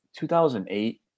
2008